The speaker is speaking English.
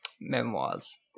memoirs